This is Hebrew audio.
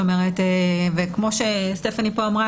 כמו שסטפאני פה אמרה,